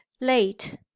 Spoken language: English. late